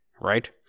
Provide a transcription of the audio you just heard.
right